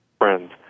friends